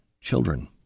children